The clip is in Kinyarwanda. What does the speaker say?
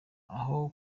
aho